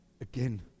again